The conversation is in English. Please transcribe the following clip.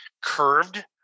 curved